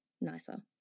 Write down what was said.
nicer